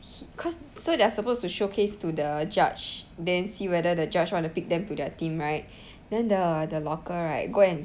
he cause so they're supposed to showcase to the judge then see whether the judge wanna pick them to their team right then the the locker right go and